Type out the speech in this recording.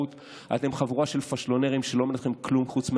אתם חבורה של פשלונרים שלא מעניין אתכם כלום חוץ מהכיסא.